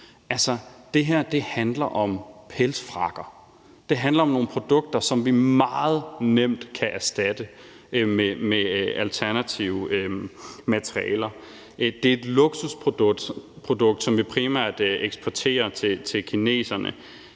det her handler om pelsfrakker. Det handler om nogle produkter, som vi meget nemt kan erstatte med alternative materialer. Det er et luksusprodukt, som vi primært eksporterer til kineserne,